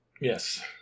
Yes